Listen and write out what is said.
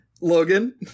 Logan